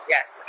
Yes